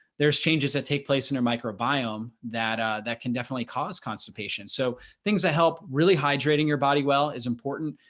there's changes that take place in their microbiome that ah that can definitely cause constipation. so things that help really hydrating your body well is important.